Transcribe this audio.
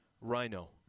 Rhino